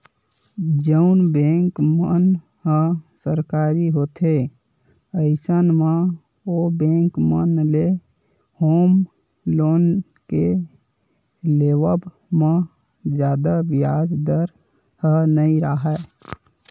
जउन बेंक मन ह सरकारी होथे अइसन म ओ बेंक मन ले होम लोन के लेवब म जादा बियाज दर ह नइ राहय